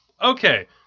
Okay